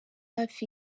hafi